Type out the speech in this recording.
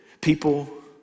people